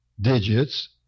digits